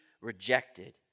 rejected